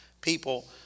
people